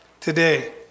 today